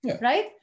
right